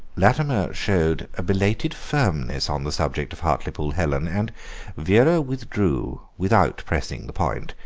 latimer showed a belated firmness on the subject of hartlepool helen, and vera withdrew without pressing the point,